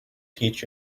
teach